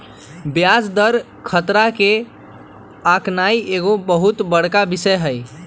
ब्याज दर खतरा के आकनाइ एगो बहुत बड़का विषय हइ